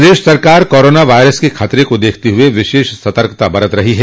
प्रदेश सरकार corona virus के खतरे को देखते हुए विशेष सतर्कता बरत रही है